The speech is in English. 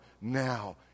now